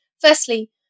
Firstly